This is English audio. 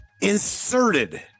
inserted